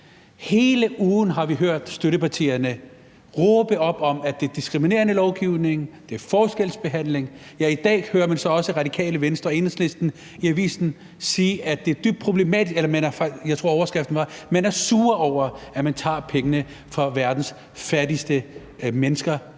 Hele ugen har vi hørt støttepartierne råbe op om, at det er diskriminerende lovgivning, at det er forskelsbehandling. Ja, i dag ser man så også Radikale Venstre og Enhedslisten i avisen sige, at de er sure over, at man tager pengene fra verdens fattigste mennesker